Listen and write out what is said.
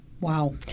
Wow